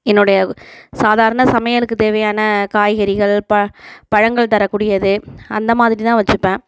என்னுடைய சாதாரண சமையலுக்கு தேவையான காய்கறிகள் பழ் பழங்கள் தரக்கூடியது அந்த மாதிரி தான் வைச்சிப்பேன்